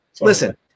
listen